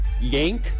Yank